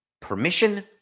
permission